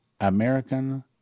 American